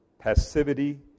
Passivity